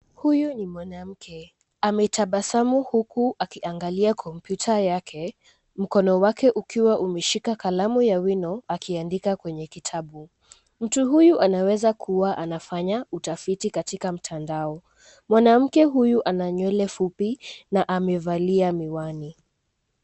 Huyu ni mwanamke. Ametabasamu huku akiangalia kompyuta yake, mkono wake ukiwa umeshika kalamu ya wino, akiandika kwenye kitabu. Mtu huyu anaweza kuwa anafanya utafiti katika mtandao. Mwanamke huyu ana nywele fupi, na amevalia miwani.